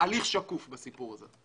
הליך שקוף בסיפור הזה.